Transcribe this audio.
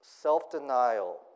self-denial